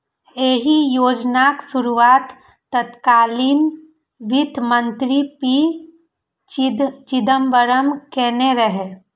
एहि योजनाक शुरुआत तत्कालीन वित्त मंत्री पी चिदंबरम केने रहै